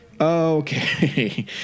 Okay